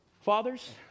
Fathers